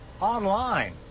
online